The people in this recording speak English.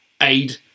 aid